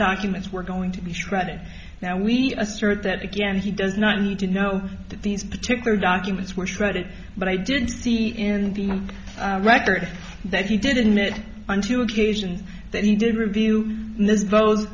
documents were going to be shredded now we assert that again he does not need to know that these particular documents were shredded but i did see in the record that he did in mid m two occasions that he did review